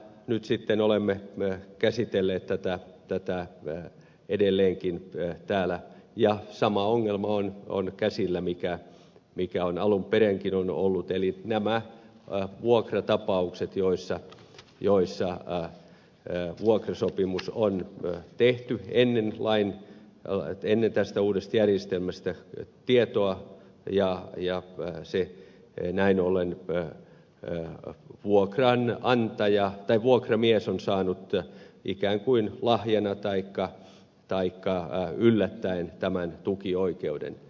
nyt sitten olemme käsitelleet tätä edelleenkin täällä ja sama ongelma on käsillä mikä on alun perinkin ollut eli nämä vuokratapaukset joissa vuokrasopimus on tehty ennen kuin tästä uudesta järjestelmästä on ollut tietoa ja näin ollen työ jonka vuokran antajaa tai vuokramies on saanut ikään kuin lahjana taikka yllättäen tämän tukioikeuden